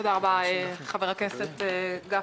תודה רבה, חבר הכנסת גפני.